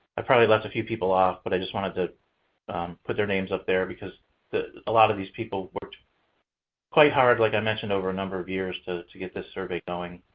i probably left a few people off, but i just wanted to put their names up there, because a lot of these people worked quite hard, like i mentioned, over a number of years to to get this survey going,